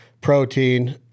protein